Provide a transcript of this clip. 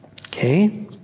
Okay